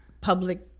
public